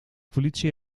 politie